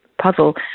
puzzle